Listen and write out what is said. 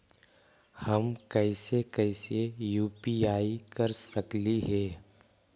हम कैसे कैसे यु.पी.आई कर सकली हे?